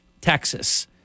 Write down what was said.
Texas